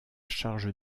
charge